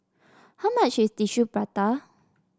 how much is Tissue Prata